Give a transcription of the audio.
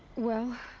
well.